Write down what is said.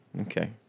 Okay